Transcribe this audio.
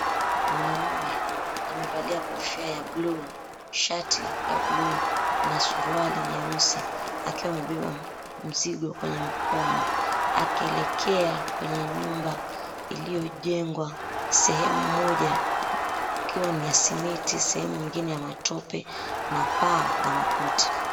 Mwanamume amevalia kofia ya bluu, shati ya bluu na suruali nyeusi, akiwa amebeba mzigo kwenye mkono. Akielekea kwenye nyumba iliyojengwa sehemu moja ikiwa ni ya simiti, sehemu nyingine ya matope, na paa la makuti.